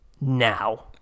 now